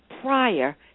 prior